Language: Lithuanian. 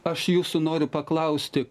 aš jūsų noriu paklausti